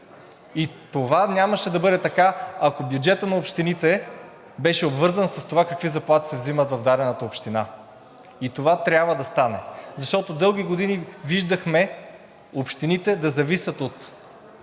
Това нямаше да бъде така, ако бюджетът на общините беше обвързан с това какви заплати се взимат в дадената община. И това трябва да стане. Защото дълги години виждахме общините да зависят от